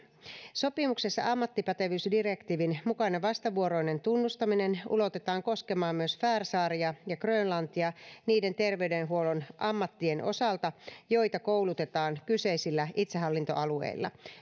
sopimuksessa ammattipätevyysdirektiivin mukainen vastavuoroinen tunnustaminen ulotetaan koskemaan myös färsaaria ja grönlantia niiden terveydenhuollon ammattien osalta joita koulutetaan kyseisillä itsehallintoalueilla